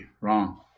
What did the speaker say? wrong